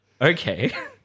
Okay